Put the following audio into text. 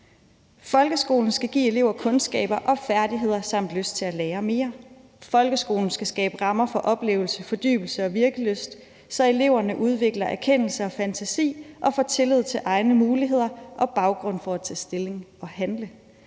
»Folkeskolen skal give elever kundskaber og færdigheder samt lyst til at lære mere. Folkeskolen skal skabe rammer for oplevelse, fordybelse og virkelyst, så eleverne udvikler erkendelse og fantasi og får tillid til egne muligheder og baggrund for at tage stilling og handle.